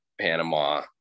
panama